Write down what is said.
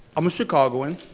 i'm a chicagoan.